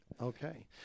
Okay